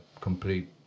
complete